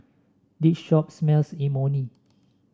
this shop smells Imoni